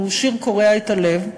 זהו שיר הקורע את הלב,